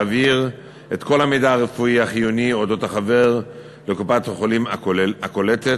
להעביר את כל המידע הרפואי החיוני על אודות החבר לקופת-החולים הקולטת,